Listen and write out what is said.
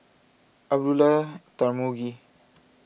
Abdullah Tarmugi